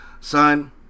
Son